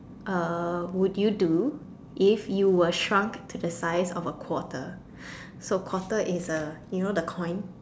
uh would you do if you were shrunk to the size of a quarter so quarter is a you know the coin